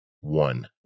One